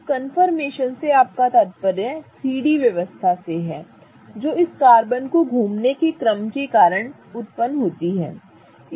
अब कॉनफॉर्मेशन से तात्पर्य 3 डी व्यवस्था से है जो इस कार्बन के घूमने के क्रम के कारण उत्पन्न होती है